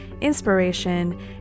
inspiration